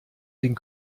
den